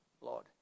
Lord